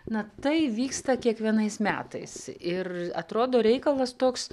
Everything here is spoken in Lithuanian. na tai vyksta kiekvienais metais ir atrodo reikalas toks